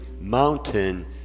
mountain